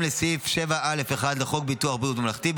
לסעיף 7(א)(1) לחוק ביטוח בריאות ממלכתי,